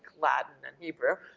latin and hebrew.